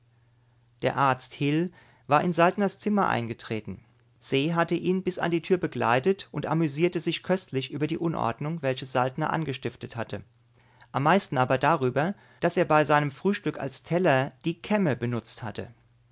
der arzt hil war in saltners zimmer eingetreten se hatte ihn bis an die tür begleitet und amüsierte sich köstlich über die unordnung welche saltner angestiftet hatte am meisten aber darüber daß er bei seinem frühstück als teller die kämme benutzt hatte